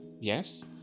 yes